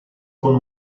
con